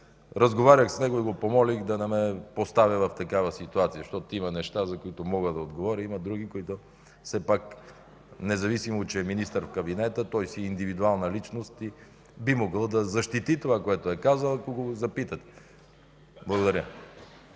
разговарях с него и го помолих да не ме поставя в такава ситуация, защото има неща, за които мога да отговоря, има и други, за които, независимо че е министър в кабинета, той е индивидуална личност и би могъл да защити това, което казал, ако го запитате. Благодаря.